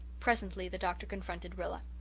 presently the doctor confronted rilla.